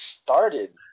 started